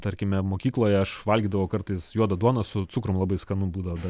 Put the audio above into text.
tarkime mokykloje aš valgydavau kartais juodą duoną su cukrum labai skanu būdavo bet